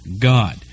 God